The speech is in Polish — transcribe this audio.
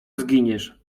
zginiesz